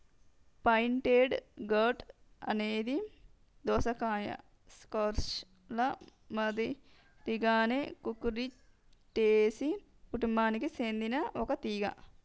pointed gourd అనేది దోసకాయ, squash ల మాదిరిగానే కుకుర్చిటేసి కుటుంబానికి సెందిన ఒక తీగ